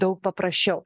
daug paprasčiau